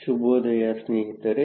ಶುಭೋದಯ ಸ್ನೇಹಿತರೆ